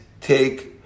take